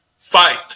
Fight